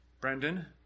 Brendan